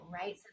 right